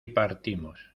partimos